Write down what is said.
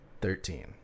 Thirteen